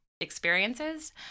experiences